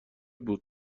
بود